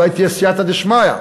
אולי תהיה סייעתא דשמיא,